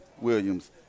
Williams